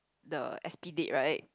the S_P date right